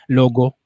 logo